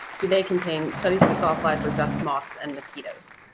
do they contain studies of the sawflies or just moths and mosquitoes?